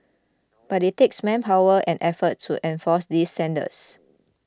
but it takes manpower and effort to enforce these standards